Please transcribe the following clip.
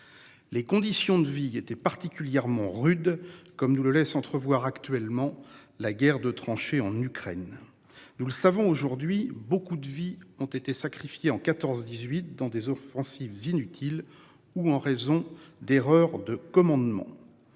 Les conditions de vie étaient particulièrement rude comme nous le laisse entrevoir actuellement la guerre de tranchées en Ukraine. Nous le savons aujourd'hui beaucoup de vies ont été sacrifiés en 14 18 dans des offensives inutiles ou en raison d'erreurs de commandement.